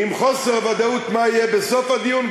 עם חוסר ודאות מה יהיה בסוף הדיון,